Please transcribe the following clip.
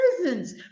prisons